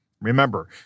Remember